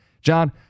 John